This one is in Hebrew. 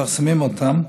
מפרסמים אותן,